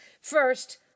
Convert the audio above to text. First